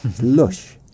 lush